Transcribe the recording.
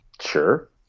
Sure